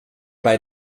bei